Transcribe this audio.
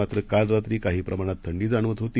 मात्र कालरात्रीकाहीप्रमाणातथंडीजाणवतहोती